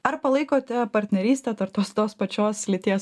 ar palaikote partnerystę tarp tos tos pačios lyties